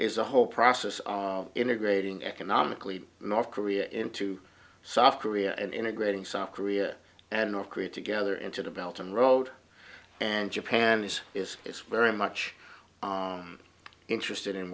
is a whole process of integrating economically north korea into soft korea and integrating south korea and north korea together into developed and wrote and japan is is it's very much interested in